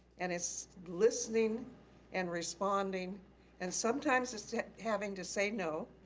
and it's listening and responding and sometimes it's having to say no.